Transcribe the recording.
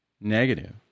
negative